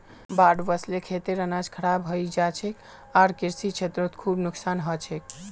बाढ़ वस ल खेतेर अनाज खराब हई जा छेक आर कृषि क्षेत्रत खूब नुकसान ह छेक